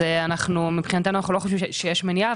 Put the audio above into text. אז אנחנו מבחינתנו אנחנו לא חושבים שיש מניעה,